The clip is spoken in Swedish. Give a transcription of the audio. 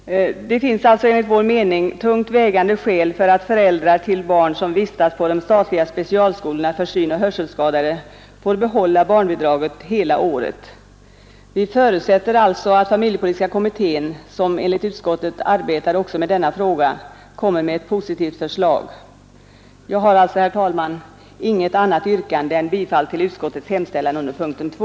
Det finns alltså enligt vår mening tungt vägande skäl för att föräldrar till barn som vistas på de statliga specialskolorna för synoch hörselskadade får behålla barnbidraget hela året. Vi förutsätter att familjepolitiska kommittén, som enligt utskottet arbetar också med denna fråga, kommer med ett positivt förslag. Jag har alltså, herr talman, inget annat yrkande än om bifall till utskottets hemställan under punkten 2.